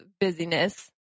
busyness